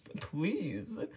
Please